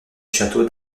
château